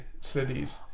cities